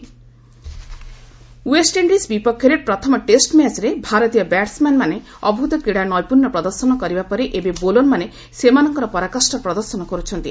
cricket West Indies ବିପକ୍ଷରେ ପ୍ରଥମ test ମ୍ୟାଚ୍ରେ ଭାରତୀୟ ବ୍ୟାଟ୍ସମ୍ୟାନ୍ମାନେ ଅଭ୍ ତ କ୍ରୀଡ଼ା ନୈପୁଶ୍ୟ ପ୍ରଦର୍ଶନ କରିବାପରେ ଏବେ ବୋଲର୍ମାନେ ସେମାନଙ୍କର ପରାକାଷ୍ଠାର ପ୍ରଦର୍ଶନ କରୁଛନ୍ତି